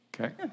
Okay